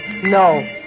No